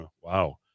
Wow